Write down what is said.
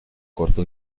corto